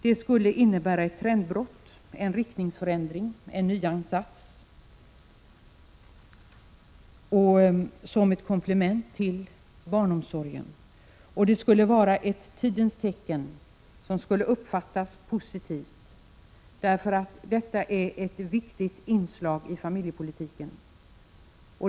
Det skulle innebära ett trendbrott, en riktningsförändring, en nyansats som ett komplement till barnomsorgen. Det skulle vara ett tidens tecken, som skulle uppfattas positivt därför att detta är ett viktigt inslag i familjepolitiken.